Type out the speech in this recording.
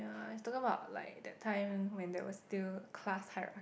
ya it's talking about like that time when there was still class hierarc~